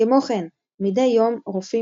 כמו כן מדי יום רופאים,